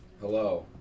Hello